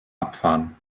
abfahren